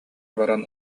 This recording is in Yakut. баран